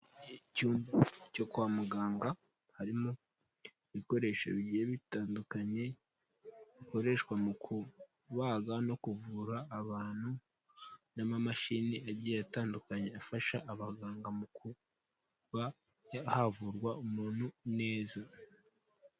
Icyumba cyo kwa muganga harimo ibikoresho bigiye bitandukanye bikoreshwa mu kubaga no kuvura abantu, n'amamashini agiye atandukanye afasha abaganga mu kuba havurwa umuntu neza.